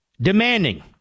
demanding